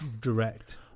direct